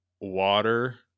water